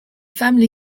family